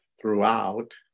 throughout